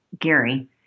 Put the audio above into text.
Gary